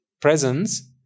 presence